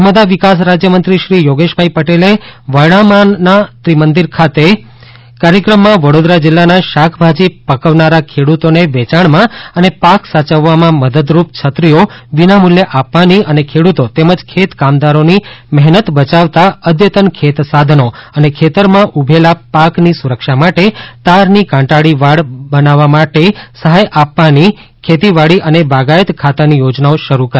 નર્મદા વિકાસ રાજ્યમંત્રી શ્રી યોગેશભાઈ પટેલે વરણામાના ત્રિમંદિર ખાતે કાર્યક્રમમાં વડોદરા જિલ્લાના શાકભાજી પકવનારા ખેડૂતોને વેચાણમાં અને પાક સાયવવામાં મદદરૂપ છત્રીઓ વિનામૂલ્યે આપવાની અને ખેડૂતો તેમજ ખેત કામદારોની મહેનત બયાવતા અદ્યતન ખેત સાધનો અને ખેતરમાં ઉભેલા પાકની સુરક્ષા માટે તારની કાંટાળી વાડ બનાવવા માટે સહાય આપવાની ખેતીવાડી અને બાગાયત ખાતાની યોજનાઓ શરૂ કરાવી હતી